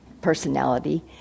personality